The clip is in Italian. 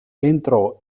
entrò